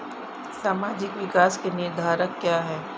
सामाजिक विकास के निर्धारक क्या है?